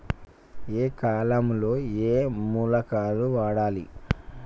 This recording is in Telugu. ఏయే కాలంలో ఏయే మొలకలు వాడాలి?